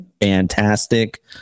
fantastic